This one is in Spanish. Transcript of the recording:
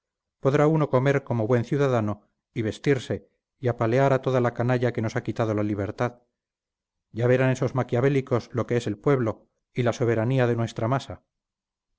podrá uno comer como buen ciudadano y vestirse y apalear a toda la canalla que nos ha quitado la libertad ya verán esos maquiavélicos lo que es el pueblo y la soberanía de nuestra masa